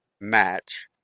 match